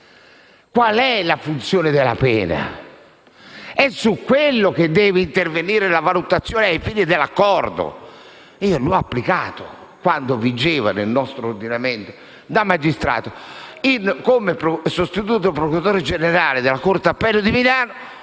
Qual è la funzione della pena? È su quella che deve intervenire la valutazione ai fini dell'accordo. Io ho applicato questa norma quando vigeva nel nostro ordinamento, da magistrato e come sostituto procuratore generale della corte d'appello di Milano.